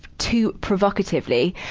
too provocatively.